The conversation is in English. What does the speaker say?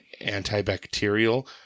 antibacterial